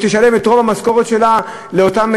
והיא תשלם את רוב המשכורת שלה למעון,